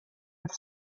with